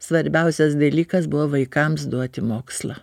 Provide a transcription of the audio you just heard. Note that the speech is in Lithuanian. svarbiausias dalykas buvo vaikams duoti mokslą